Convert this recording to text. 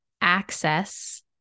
access